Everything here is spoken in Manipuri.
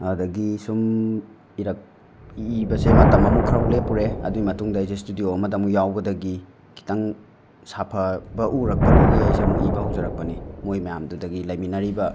ꯑꯗꯒꯤ ꯁꯨꯝ ꯏꯔꯛ ꯏꯕꯁꯦ ꯃꯇꯝ ꯑꯃꯨꯛ ꯈꯔꯃꯨꯛ ꯂꯦꯞꯄꯨꯔꯦ ꯑꯗꯨꯏ ꯃꯇꯨꯡꯗ ꯑꯩꯖꯦ ꯁ꯭ꯇꯨꯗꯤꯑꯣ ꯑꯃꯗ ꯑꯃꯨꯛ ꯌꯥꯎꯕꯗꯒꯤ ꯈꯤꯇꯪ ꯁꯥꯐꯕ ꯎꯔꯛꯄꯗꯒꯤ ꯑꯩꯁꯦ ꯑꯃꯨꯛ ꯏꯕ ꯍꯧꯖꯔꯛꯄꯅꯤ ꯃꯣꯏ ꯃꯌꯥꯝꯗꯨꯗꯒꯤ ꯂꯩꯃꯤꯟꯅꯔꯤꯕ